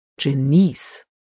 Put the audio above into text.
Genies